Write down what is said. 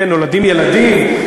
נולדים ילדים,